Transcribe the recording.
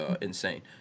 insane